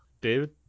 David